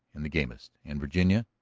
and the gamest. and, virginia.